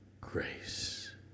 grace